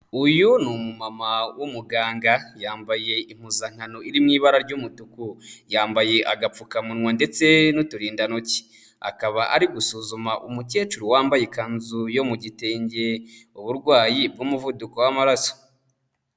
Uyu ni umumama w'umuganga, yambaye impuzankano iri mu ibara ry'umutuku. Yambaye agapfukamunwa ndetse n'uturindantoki. Akaba ari gusuzuma umukecuru wambaye ikanzu yo mu gitenge uburwayi bw'umuvuduko w'amaraso.